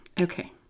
Okay